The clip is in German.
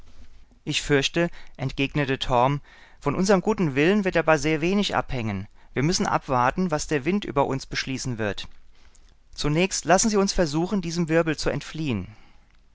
ich fürchte entgegnete torm von unserm guten willen wird dabei sehr wenig abhängen wir müssen abwarten was der wind über uns beschließen wird zunächst lassen sie uns versuchen diesem wirbel zu entfliehen